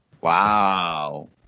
Wow